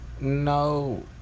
no